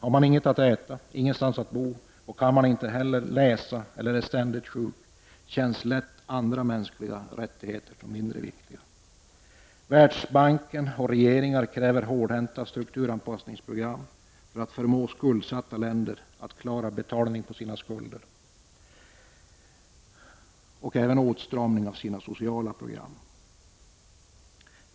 Har man inget att äta, ingenstans att bo och kan man inte läsa eller är ständigt sjuk, känns lätt andra mänskliga rättigheter som mindre viktiga. Världsbanken och regeringar kräver hårdhänta strukturanpassningsprogram och även åtstramning av sociala program för att förmå skuldsatta länder att klara betalningen på sina skulder.